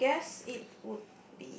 I guess it would